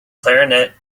clarinet